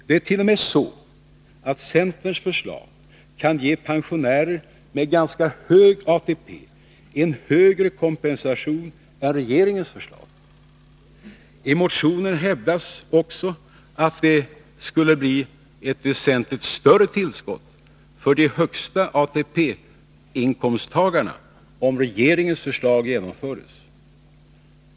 Det är t.o.m. så att centerns förslag kan ge pensionärer med ganska hög ATP en högre kompensation än regeringens förslag. I motionen hävdas att det skulle bli ett väsentligt större tillskott för de högsta ATP-inkomsttagarna om regeringens förslag genomfördes.